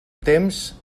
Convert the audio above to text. temps